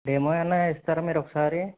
demo ఏమన్న ఇస్తారా మీరు ఒకసారి